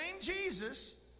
Jesus